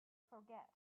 forget